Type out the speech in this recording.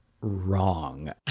wrong